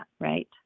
right